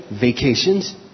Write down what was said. vacations